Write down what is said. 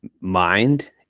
mind